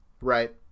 right